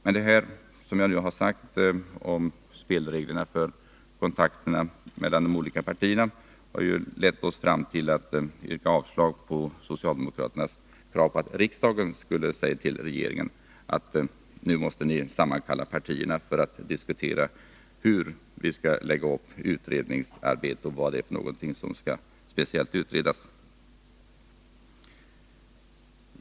Vad jag har sagt om spelreglerna mellan de olika partierna har lett oss fram till att avstyrka socialdemokraternas krav på att riksdagen skulle säga till regeringen att den nu måste sammankalla partierna för att diskutera hur utredningsarbetet skall läggas upp och vad som skall utredas.